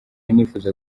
nifuza